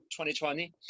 2020